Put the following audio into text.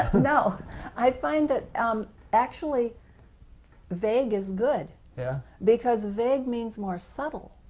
no i find that um actually vague is good, yeah because vague means more subtle,